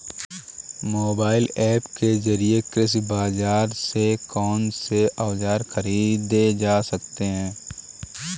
Mobile app के जरिए कृषि बाजार से कौन से औजार ख़रीदे जा सकते हैं?